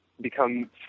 become